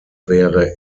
wäre